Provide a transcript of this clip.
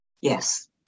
Yes